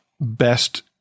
best